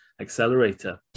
accelerator